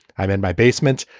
i'm in my basement.